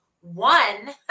one